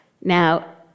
Now